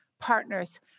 partner's